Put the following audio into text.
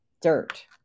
dirt